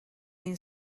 این